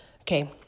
Okay